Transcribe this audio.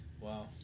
Wow